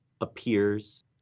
appears